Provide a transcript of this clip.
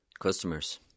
customers